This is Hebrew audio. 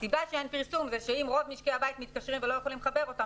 הסיבה שאין פרסום היא שאם רוב משקי הבית מתקשרים ולא יכולים לחבר אותם,